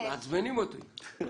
מעצבנים אותי.